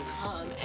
come